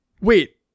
Wait